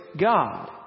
God